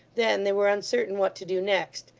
then they were uncertain what to do next,